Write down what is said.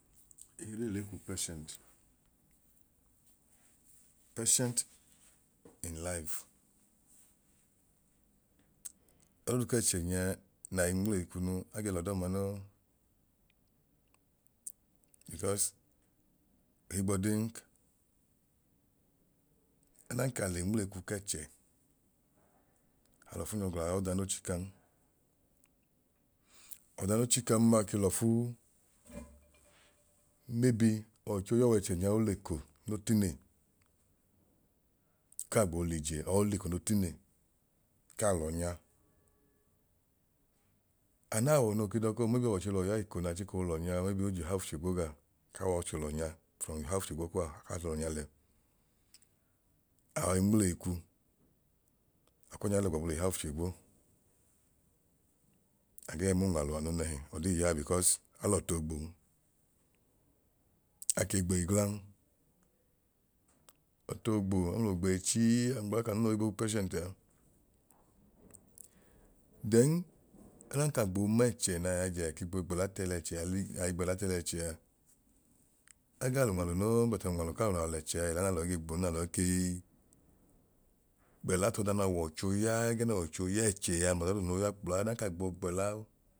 Ehodee le ku patient, patient in life. dadoodu kẹẹchẹ nya nai nwuleyikunu agee l'ọdọọma noo because ohigbọdin adan ka le nwuleikwu kẹẹchẹ alọfu nyọ gaa y'ọda no chikan ma ke lọfu maybe ọwọocho yọọ wẹẹchẹ nyaa oleko no tine ka gboo l'ije or oleko no tine kaa lọnya, anaawọ noo ke dọọko maybe ọwọicho luwọ ya eko naa chiko lọnyaa maybe o j'ihayi ofchigwo gaa kaa w'ọcho lọnya from ihayi ofchigwo bọọa kaa lọnya le, a yọi nwuleyikwu akwọnyai lẹ gbọbu l'ihayi ofchigwo agee mu unwalu anu nẹhi ọdii yaa because alọtu oogbon, ake gbeyi glan ọtu ogbo mẹmlogbeyi chii ngbẹla k'anu n'oyibo hi ku patienti a. Then ọdan ka gboo m'ẹẹchẹ naa y'ajẹ ake gboo gbẹla t'ẹlẹchẹa li ai gbẹla tẹlẹchẹa agaa l'unwalu noo but unwalu but unwalu k'alo alọ alẹchẹ a ẹla naalọ ige gbon naalọ ikee gbẹla t'ọda n'ọọwọicho ya ẹgẹẹ n'ọwọicho y'ẹẹchẹ mlọda doodu no ya kpla odan ka gboo gbẹlau